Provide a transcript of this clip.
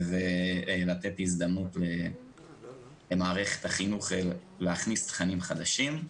ולתת הזדמנו למערכת החינוך להכניס תכנים חדשים.